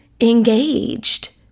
engaged